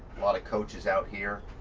lot of coaches out here.